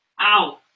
Ow